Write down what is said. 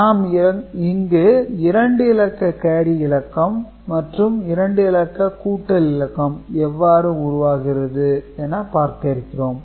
நாம் இங்கு 2 இலக்க கேரி இலக்கம் மற்றும் 2 இலக்க கூட்டல் இலக்கம் எவ்வாறு உருவாகிறது என பார்க்கிறோம்